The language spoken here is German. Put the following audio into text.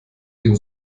den